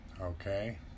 Okay